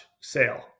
sale